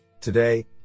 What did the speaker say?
Today